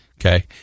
Okay